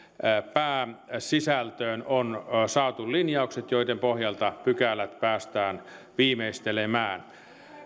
pääsisällöstä on saatu linjaukset joiden pohjalta pykälät päästään viimeistelemään